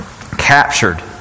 captured